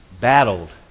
battled